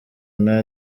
nta